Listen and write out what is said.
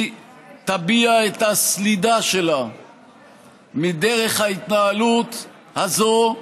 היא תביע את הסלידה שלה מדרך ההתנהלות הזאת,